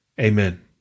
Amen